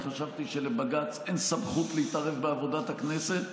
אני חשבתי שלבג"ץ אין סמכות להתערב בעבודת הכנסת,